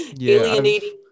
alienating